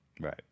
Right